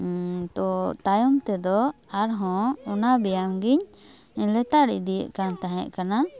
ᱛᱟᱭᱚᱢ ᱛᱮᱫᱚ ᱟᱨᱦᱚᱸ ᱚᱱᱟ ᱵᱮᱭᱟᱢ ᱜᱤᱧ ᱞᱮᱛᱟᱲ ᱤᱫᱤᱭᱮᱫ ᱠᱟᱱ ᱛᱟᱦᱮᱸ ᱠᱟᱱᱟ